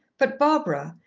but barbara,